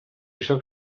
sóc